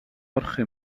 jorge